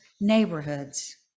neighborhoods